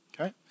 okay